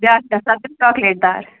بیٛاکھ سَتھ گژھِ چاکلیٹ دار